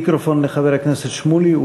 מיקרופון לחבר הכנסת שמולי.